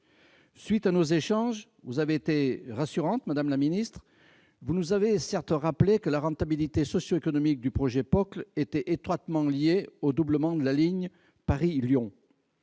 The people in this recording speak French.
la ministre, vous avez été rassurante. Vous nous avez certes rappelé que la rentabilité socio-économique du projet POCL était étroitement liée au doublement de la ligne Paris-Lyon.